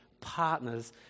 partners